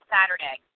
Saturday